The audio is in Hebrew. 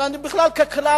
ככלל,